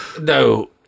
No